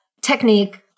technique